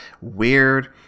weird